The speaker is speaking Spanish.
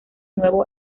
nuevo